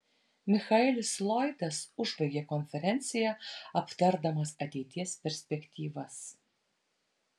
michaelis lloydas užbaigė konferenciją aptardamas ateities perspektyvas